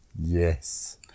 Yes